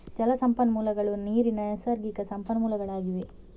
ಜಲ ಸಂಪನ್ಮೂಲಗಳು ನೀರಿನ ನೈಸರ್ಗಿಕ ಸಂಪನ್ಮೂಲಗಳಾಗಿವೆ